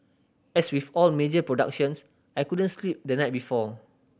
as with all major productions I couldn't sleep the night before